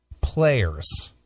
players